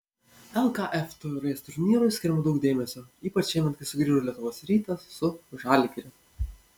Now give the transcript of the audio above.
lkf taurės turnyrui skiriama daug dėmesio ypač šiemet kai sugrįžo lietuvos rytas su žalgiriu